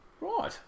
Right